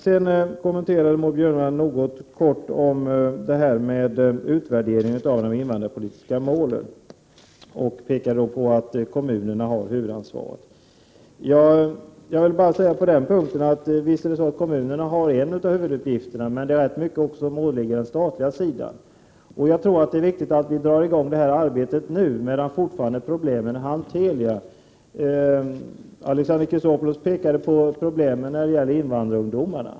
Sedan kommenterade Maud Björnemalm helt kort utvärderingen av de invandrarpolitiska målen och pekade på att kommunerna har huvudansvaret. På den punkten vill jag bara säga att visst har kommunerna en av huvuduppgifterna, men det är också rätt mycket som åligger staten. Jag tror att det är viktigt att vi drar i gång arbetet nu, medan problemen fortfarande är hanterliga. Alexander Chrisopoulos pekade på problemen när det gäller invandrarungdomarna.